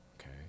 okay